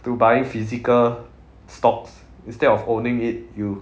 to buying physical stocks instead of owning it you